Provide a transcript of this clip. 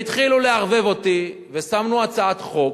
התחילו לערבב אותי, ושמנו הצעת חוק,